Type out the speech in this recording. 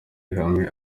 ihame